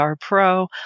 Pro